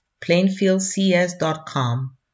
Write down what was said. plainfieldcs.com